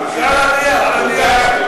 זה על הנייר, על הנייר.